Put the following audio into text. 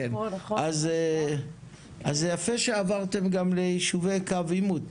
אז זה יפה שעברתם גם ליישובי קו עימות.